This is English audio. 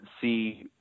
see